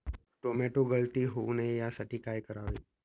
Tomato गळती होऊ नये यासाठी काय करावे?